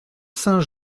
saint